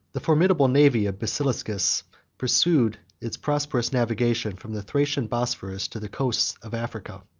the formidable navy of basiliscus pursued its prosperous navigation from the thracian bosphorus to the coast of africa.